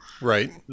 Right